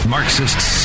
Marxists